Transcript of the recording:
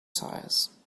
size